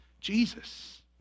Jesus